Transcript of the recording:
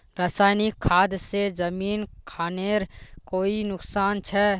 रासायनिक खाद से जमीन खानेर कोई नुकसान छे?